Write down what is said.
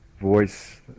voice